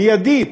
מיידית,